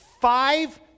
five